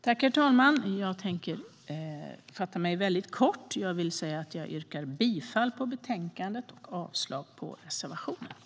Herr talman! Jag tänker fatta mig väldigt kort. Jag yrkar bifall till förslaget i betänkandet och avslag på reservationerna.